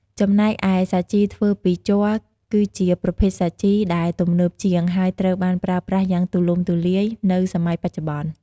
ចំណែកឯ សាជីធ្វើពីជ័រគឺជាប្រភេទសាជីដែលទំនើបជាង ហើយត្រូវបានប្រើប្រាស់យ៉ាងទូលំទូលាយនៅសម័យបច្ចុប្បន្ន។